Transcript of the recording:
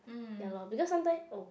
ya loh because sometime oh